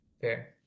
fair